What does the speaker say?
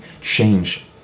change